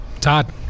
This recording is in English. Todd